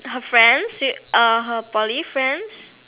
her friends uh her Poly friends